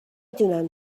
دونم